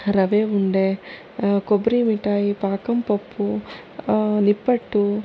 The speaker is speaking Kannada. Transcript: ರವೆ ಉಂಡೆ ಕೊಬ್ಬರಿ ಮಿಠಾಯಿ ಪಾಕಂಪಪ್ಪು ನಿಪ್ಪಟ್ಟು